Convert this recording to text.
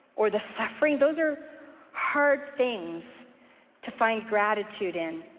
or the suffering. those are hard things to find gratitude in.